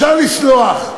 ואפשר לסלוח.